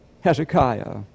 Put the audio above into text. Hezekiah